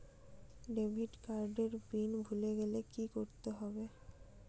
Debit card এর PIN ভুলে গেলে কি করতে হবে?